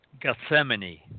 Gethsemane